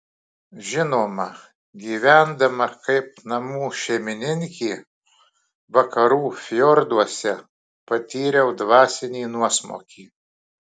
žinoma gyvendama kaip namų šeimininkė vakarų fjorduose patyriau dvasinį nuosmukį